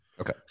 Okay